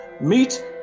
Meet